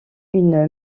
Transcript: une